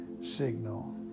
signal